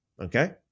Okay